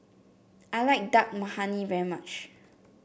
I like Dal Makhani very much